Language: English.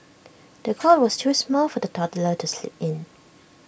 the cot was too small for the toddler to sleep in